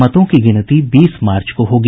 मतों की गिनती बीस मार्च को होगी